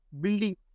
building